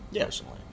personally